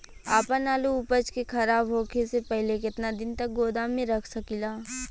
आपन आलू उपज के खराब होखे से पहिले केतन दिन तक गोदाम में रख सकिला?